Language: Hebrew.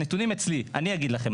הנתונים אצלי, אני אגיד לכם.